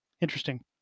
Interesting